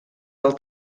del